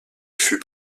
fut